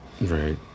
Right